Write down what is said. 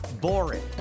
boring